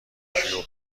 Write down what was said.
شیوع